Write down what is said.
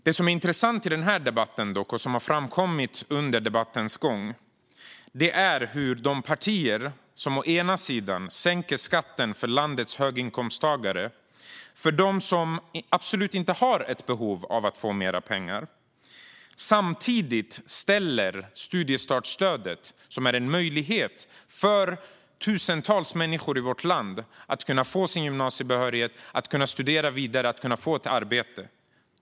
Det som är intressant i denna debatt och som har framkommit under debattens gång är att de partier som sänker skatten för landets höginkomsttagare - alltså för dem som absolut inte har ett behov av mer pengar - samtidigt vill ta bort studiestartsstödet, som är en möjlighet för tusentals människor i vårt land att få gymnasiebehörighet, studera vidare och få ett arbete.